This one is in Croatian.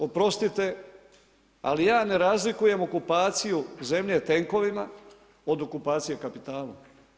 Oprostite, ali ja ne razlikujem okupaciju zemlje tenkovima od okupacije kapitala.